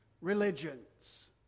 religions